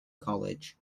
college